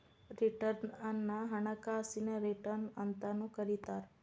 return ಅನ್ನ ಹಣಕಾಸಿನ return ಅಂತಾನೂ ಕರಿತಾರ